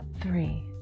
three